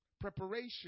Preparation